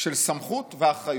של סמכות ואחריות,